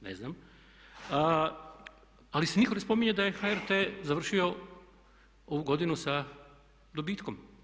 Ne znam, ali nitko ne spominje da je HRT završio ovu godinu sa dobitkom.